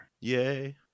yay